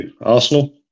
Arsenal